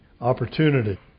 opportunity